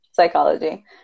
psychology